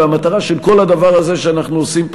והמטרה של כל הדבר הזה שאנחנו עושים פה